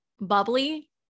bubbly